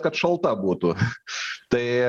kad šalta būtų štai